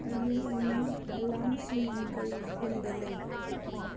ꯍꯌꯦꯡ ꯑꯣꯏꯅ ꯑꯦꯂꯥꯝꯁꯤꯡꯒꯤ ꯀꯔꯤ ꯐꯤꯕꯝꯗ ꯂꯩ